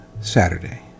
saturday